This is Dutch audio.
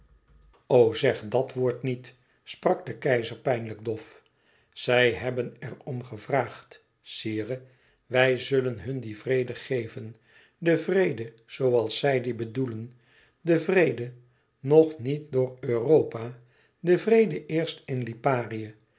zeg dat woord niet sprak de keizer pijnlijk dof zij hebben er om gevraagd sire wij zullen hun dien vrede geven den vrede zooals zij dien bedoelen den vrede nog niet door europa den vrede eerst in liparië